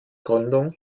gründung